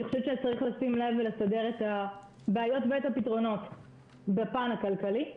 צריך לשים לב לסדר את הבעיות ואת הפתרונות בפן הכלכלי,